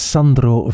Sandro